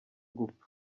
gupfa